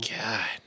God